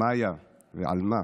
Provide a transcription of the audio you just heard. מאיה ועלמה,